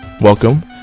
welcome